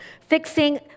fixing